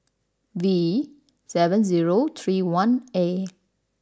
V seven zero three one A